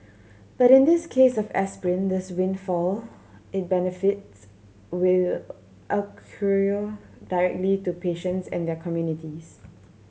but in this case of aspirin this windfall in benefits will accrue directly to patients and their communities